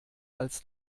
als